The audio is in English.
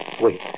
Wait